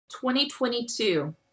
2022